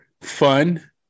fun